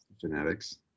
genetics